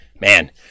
man